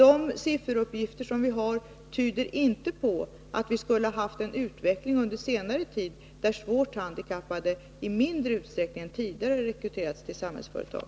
De sifferuppgifter som vi har tyder inte på att vi skulle ha haft en utveckling under senare tid där svårt handikappade i mindre utsträckning än tidigare rekryterats till Samhällsföretag.